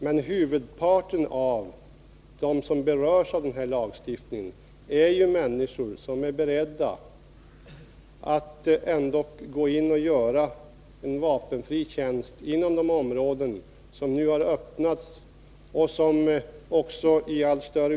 Men huvudparten av dem som berörs av den här lagstiftningen är ju människor som är beredda att göra en vapenfri tjänst inom de allt vidare områden som nu blivit tillgängliga för dem.